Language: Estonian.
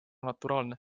naturaalne